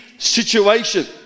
Situation